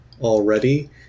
already